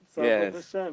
Yes